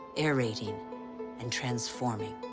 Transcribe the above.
aerating and transforming.